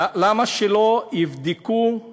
למה שלא יבדקו את